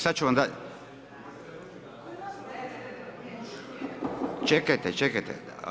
Sada ću vam dati, čekajte, čekajte.